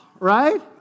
right